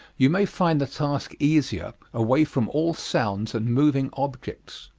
you may find the task easier away from all sounds and moving objects.